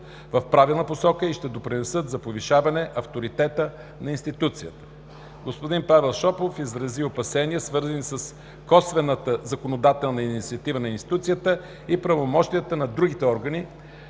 в правилната посока и ще допринесат за повишаване авторитета на институцията. Господин Павел Шопов изрази опасения, свързани с косвената законодателна инициатива на институцията и правомощията на другите органи,